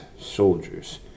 soldiers